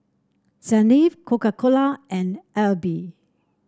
Saint Ives Coca Cola and AIBI